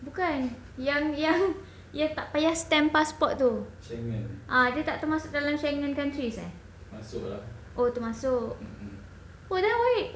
bukan yang yang yang tak payah stamp passport tu ah dia tak termasuk dalam schengen countries eh oh termasuk oh then why